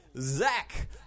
Zach